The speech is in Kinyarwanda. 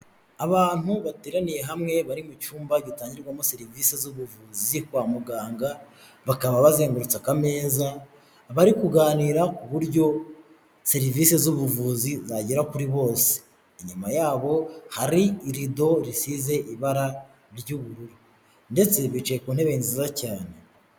Abantu bateraniye hamwe, bari mu cyumba gitangirwamo serivisi z'ubuvuzi kwa muganga, bakaba bazengurutse akameza, bari kuganira ku buryo serivise z'ubuvuzi zagera kuri bose. Inyuma yabo, hari irido risize ibara ry'ubururu ndetse bicaye ku ntebe nziza cyane.